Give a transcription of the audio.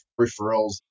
referrals